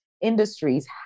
industries